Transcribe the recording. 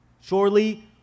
Surely